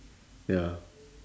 ya